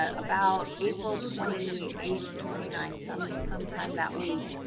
ah about april twenty eight, twenty nine, some some time that week.